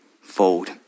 fold